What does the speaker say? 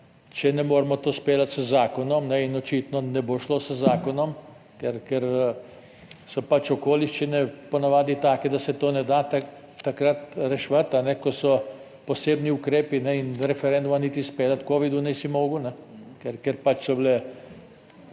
če ne moremo to speljati z zakonom in očitno ne bo šlo z zakonom, ker so pač okoliščine po navadi take, da se to ne da takrat reševati, ko so posebni ukrepi in referenduma niti izpeljati v covidu nisi mogel. Ker pač so bile